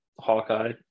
Hawkeye